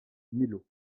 millau